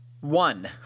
one